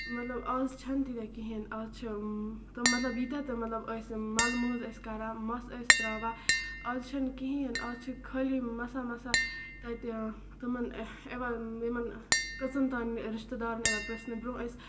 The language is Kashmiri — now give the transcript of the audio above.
مطلب آز چھنہٕ تِیہہ کِہیٖنۍ آز چھِ مطلب ییٚتہِ تٔمۍ ٲسۍ مَلہٕ مٲنز ٲسۍ کران مَس ٲسۍ تراوان آز چھُنہٕ کِہیٖنۍ آز چھُ خٲلی مَسا مَسا تَتہِ تِمَن یِوان أمَن کٔژَن تانۍ رِشتہٕ دارَن یِوان پریژھنہِ ٲسۍ برونہہ أسۍ